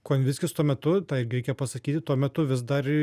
konvickis tuo metu tą irgi reikia pasakyti tuo metu vis dar